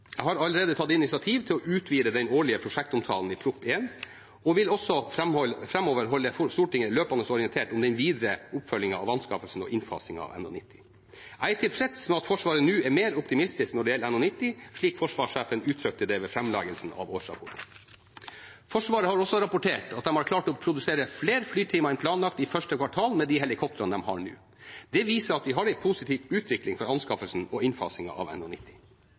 Jeg har allerede tatt initiativ til å utvide den årlige prosjektomtalen i Prop. 1 S og vil også framover holde Stortinget løpende orientert om den videre oppfølgingen av anskaffelsen og innfasingen av NH90. Jeg er tilfreds med at Forsvaret nå er mer optimistisk når det gjelder NH90, slik forsvarssjefen uttrykte det ved framleggelsen av årsrapporten. Forsvaret har også rapportert at de har klart å produsere flere flytimer enn planlagt i første kvartal med de helikoptrene de har nå. Det viser at vi har en positiv utvikling for anskaffelsen og innfasingen av